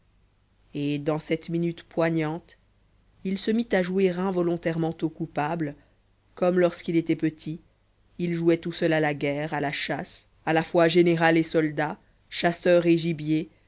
et dans cette minute poignante il se mit à jouer involontairement au coupable comme lorsqu'il était petit il jouait tout seul à la guerre à la chasse à la fois général et soldat chasseur et gibier